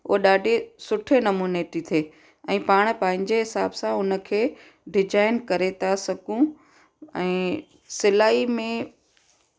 उहे ॾाढी सुठे नमूने थी थिए ऐं पाण पंहिंजे हिसाब सां उन खे डिजाइन करे था सघू ऐं सिलाई में